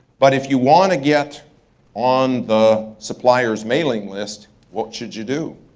but if you wanna get on the supplier's mailing list, what should you do?